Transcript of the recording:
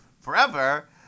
forever